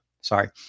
Sorry